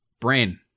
Brain